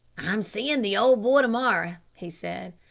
i'm seeing the old boy to-morrow, he said.